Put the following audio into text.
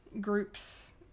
Group's